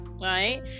Right